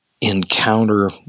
encounter